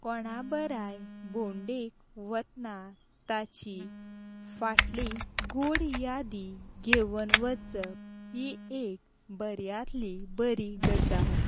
कोणा बरोबर भोंवडेक वतना ताची फाटली गूढ यादी घेवन वचप ही एक बऱ्यांतली बरी गजाल